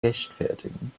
rechtfertigen